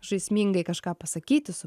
žaismingai kažką pasakyti su